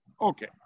Okay